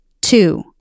two